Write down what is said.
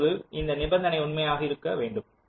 அப்பொழுது இந்த நிபந்தனை உண்மையாக இருக்க வேண்டும்